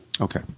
Okay